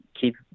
keep